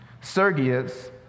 Sergius